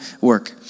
work